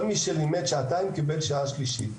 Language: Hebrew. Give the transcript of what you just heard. כל מי שלימד שעתיים קיבל שעה שלישית.